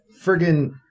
friggin